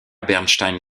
bernstein